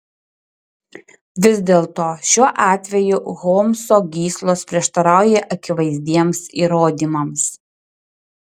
vis dėlto šiuo atveju holmso gyslos prieštarauja akivaizdiems įrodymams